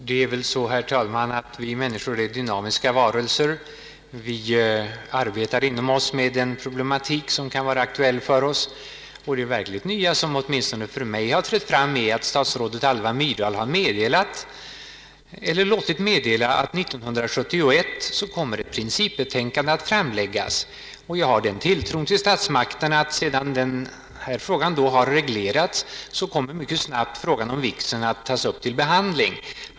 Herr talman! Det är väl så att vi människor är dynamiska varelser. Vi arbetar inom oss med den problematik som kan vara aktuell för oss. Det verkligt nya, som åtminstone för mig har trätt fram, är att statsrådet Alva Myrdal har låtit meddela att ett principbetänkande kommer att framläggas år 1971. Jag har den tilltron till statsmakterna att sedan den här frågan då reglerats kommer mycket snabbt frågan om vigseln att tas upp till behandling.